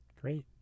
Great